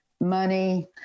Money